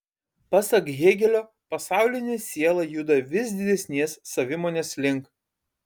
pasak hėgelio pasaulinė siela juda vis didesnės savimonės link